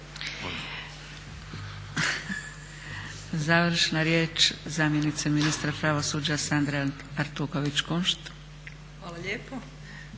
Završna riječ zamjenice ministra pravosuđa Sandra Artuković Kunšt. **Artuković